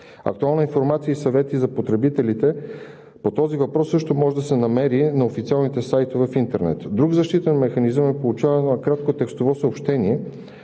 Актуална информация и съвети за потребителите по този въпрос също може да се намери на официалните сайтове в интернет. Друг защитен механизъм е получаване на кратко текстово съобщение